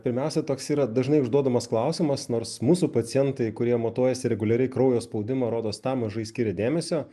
pirmiausia toks yra dažnai užduodamas klausimas nors mūsų pacientai kurie montuojasi reguliariai kraujo spaudimą rodos tam mažai skiria dėmesio